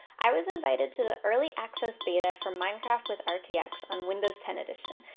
i was invited to the early access beta from minecraft with um rtx on windows ten edition.